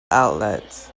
outlets